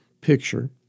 picture